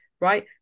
right